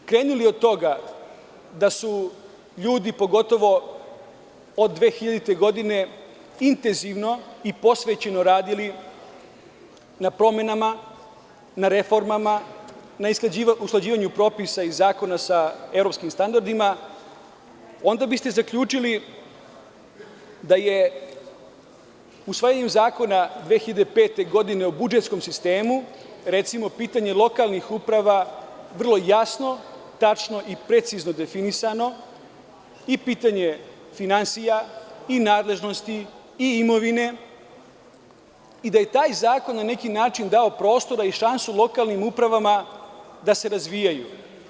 Ako biste krenuli od toga da su ljudi, pogotovo od 2000. godine, intenzivno i posvećeno radili na promenama, na reformama, na usklađivanju propisa i zakona sa evropskim standardima, onda biste zaključili da je usvajanjem Zakona o budžetskom sistemu 2005. godine, recimo pitanje lokalnih uprava, vrlo jasno, tačno i precizno definisano i pitanje finansije i nadležnosti i imovine i da je taj zakon na neki način dao prostor i šansu lokalnim upravama da se razvijaju.